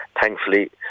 thankfully